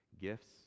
gifts